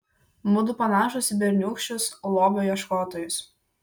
mudu panašūs į berniūkščius lobio ieškotojus